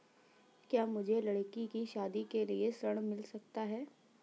क्या मुझे लडकी की शादी के लिए ऋण मिल सकता है?